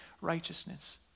righteousness